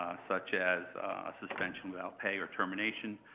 ah such as suspension without pay or termination,